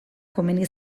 komeni